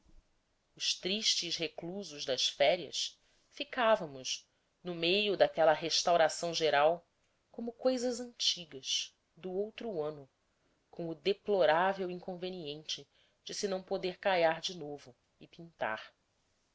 os tristes reclusos das férias ficávamos no meio daquela restauração geral como coisas antigas do outro ano com o deplorável inconveniente de se não poder caiar de novo e pintar